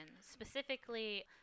Specifically